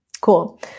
Cool